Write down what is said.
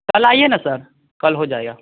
कल आइए ना सर कल हो जाएगा